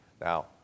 Now